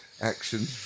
action